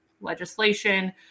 legislation